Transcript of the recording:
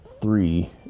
three